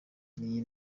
iyi